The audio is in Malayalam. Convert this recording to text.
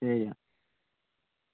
ചെയ്യാം